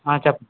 చెప్